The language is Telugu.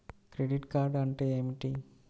క్రెడిట్ కార్డ్ అంటే ఏమిటి?